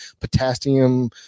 potassium